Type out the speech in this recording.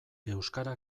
euskara